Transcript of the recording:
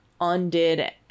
Undid